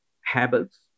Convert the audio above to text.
habits